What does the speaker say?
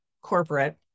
corporate